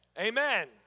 Amen